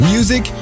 Music